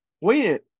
Wait